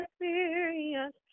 experience